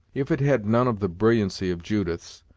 if it had none of the brilliancy of judith's,